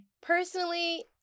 personally